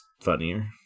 funnier